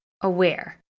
aware